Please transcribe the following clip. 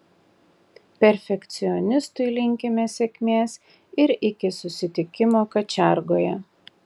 perfekcionistui linkime sėkmės ir iki susitikimo kačiargoje